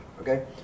Okay